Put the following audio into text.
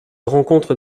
rencontre